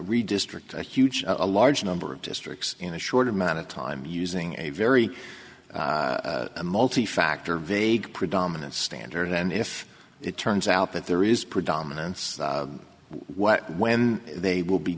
redistrict a huge a large number of districts in a short amount of time using a very multi factor vague predominant standard and if it turns out that there is predominance what when they will be